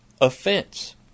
offense